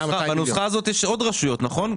בנוסחה הזאת יש עוד רשויות, נכון?